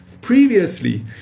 previously